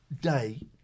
day